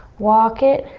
walk it.